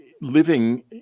living